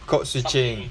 code switching